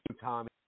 Tommy